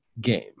game